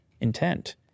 intent